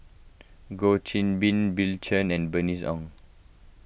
Goh Qiu Bin Bill Chen and Bernice Ong